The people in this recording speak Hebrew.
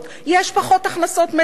יש פחות הכנסות מדינה,